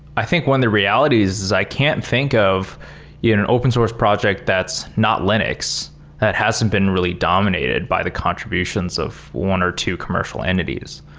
i think, one, the reality is is i can't think of and an open source project that's not linux that hasn't been really dominated by the contributions of one or two commercial entities.